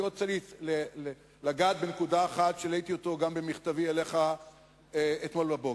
אני רוצה לגעת בנקודה אחת שהעליתי גם במכתבי אליך אתמול בבוקר.